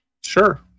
Sure